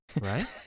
right